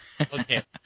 Okay